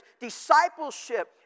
discipleship